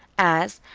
as,